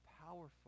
powerful